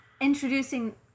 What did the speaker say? introducing